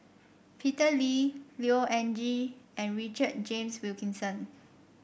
Peter Lee Neo Anngee and Richard James Wilkinson